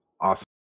awesome